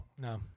No